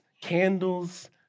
candles